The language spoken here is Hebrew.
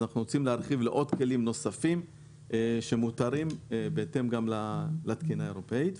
אנחנו רוצים להרחיב לעוד כלים נוספים שמותרים בהתאם לתקינה האירופאית.